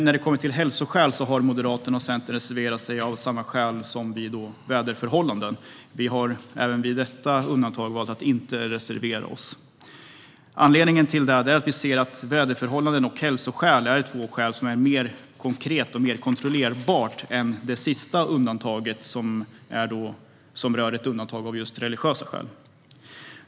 Vad gäller hälsoskäl har Moderaterna och Centern reserverat sig av samma skäl som vad gäller väderförhållanden. Vi har även för detta undantag valt att inte reservera oss. Anledningen är att vi ser att väderförhållanden och hälsoskäl är två skäl som är mer konkreta och kontrollerbara än undantaget för religiösa skäl.